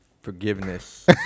Forgiveness